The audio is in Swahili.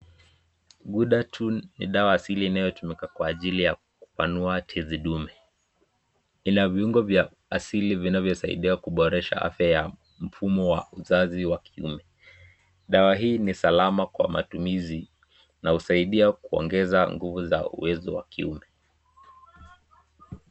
Gudatun ni dawa asili inayotumika kwa ajili ya kupanua tizi ndume. Ina viungo vya asili vinavyosaidia kuboresha afya ya mfumo wa uzazi wa kiume, dawa hii ni salama kwa matumizi na husaidia kuongeza nguvu za uwezo wa kiume.